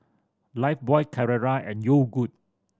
Lifebuoy Carrera and Yogood